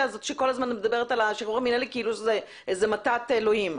הזו שכל הזמן מדברת על השחרור המנהלי כאילו שזה איזה מתת אלוהים.